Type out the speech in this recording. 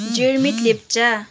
Jermit Lepcha